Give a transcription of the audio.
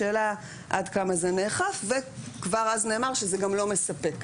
השאלה עד כמה זה נאכף וכבר אז נאמר שזה גם לא מספק,